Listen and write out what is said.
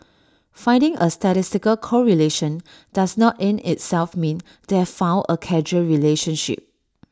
finding A statistical correlation does not in itself mean they have found A causal relationship